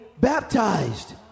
baptized